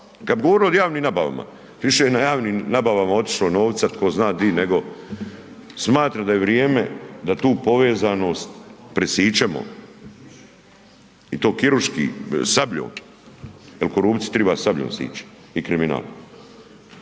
kad govorili o javnim nabavama više je na javnim nabavama otišlo novca tko zna di. Smatram da je vrijeme da tu povezanost prisićemo i to kirurški, sabljom jer korupciju triba sabljom sići i kriminal.